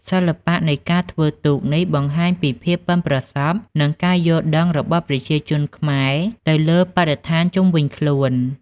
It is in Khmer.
សិល្បៈនៃការធ្វើទូកនេះបង្ហាញពីភាពប៉ិនប្រសប់និងការយល់ដឹងរបស់ប្រជាជនខ្មែរទៅលើបរិស្ថានជុំវិញខ្លួន។